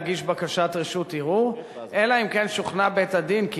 להגיש בקשת רשות ערעור אלא אם כן שוכנע בית-הדין כי